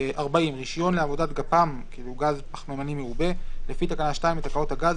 (40)רישיון לעבודת גפ"מ לפי תקנה 2 לתקנות הגז